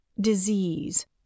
disease